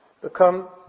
become